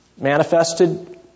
manifested